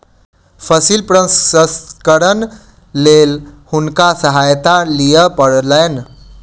फसिल प्रसंस्करणक लेल हुनका सहायता लिअ पड़लैन